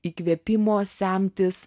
įkvėpimo semtis